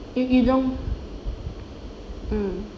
dia hidung mm